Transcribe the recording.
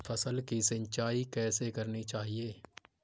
फसल की सिंचाई कैसे करनी चाहिए?